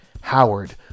Howard